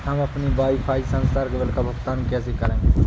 हम अपने वाईफाई संसर्ग बिल का भुगतान कैसे करें?